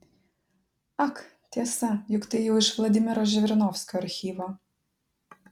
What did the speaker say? ak tiesa juk tai jau iš vladimiro žirinovskio archyvo